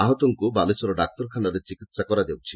ଆହତଙ୍କୁ ବାଲେଶ୍ୱର ଡାକ୍ତରଖାନାରେ ଚିକିହା କରାଯାଉଛି